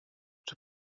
czy